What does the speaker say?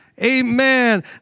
Amen